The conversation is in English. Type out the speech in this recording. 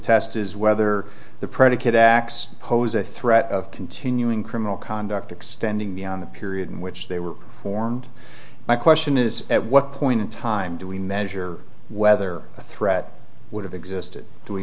test is whether the predicate acts pose a threat of continuing criminal conduct extending beyond the period in which they were formed my question is at what point in time do we measure whether a threat would have existed do we